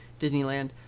Disneyland